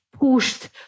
pushed